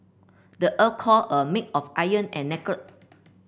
the earth core a made of iron and nickel